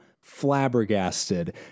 flabbergasted